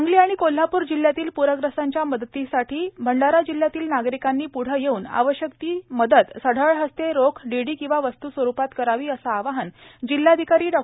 सांगली आणि कोल्हाप्र जिल्हयातील प्रग्रस्तांच्या मदतीसाठी भंडारा जिल्हयातील नागरिकांनी पूढ येवून आवश्यक ती मदत सढळ हस्ते रोखए डिडि वा वस्तू स्वरूपात करावी अस आवाहन जिल्हाधिकारी डॉ